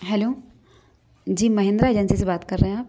hello ji Mahindra agency से बात कर रहें आप